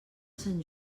sant